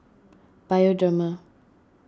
Bioderma